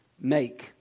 make